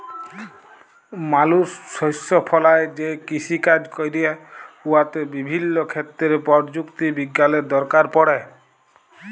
মালুস শস্য ফলাঁয় যে কিষিকাজ ক্যরে উয়াতে বিভিল্য ক্ষেত্রে পরযুক্তি বিজ্ঞালের দরকার পড়ে